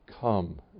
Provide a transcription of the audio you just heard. come